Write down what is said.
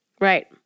Right